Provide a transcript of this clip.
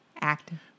active